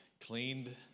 cleaned